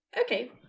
Okay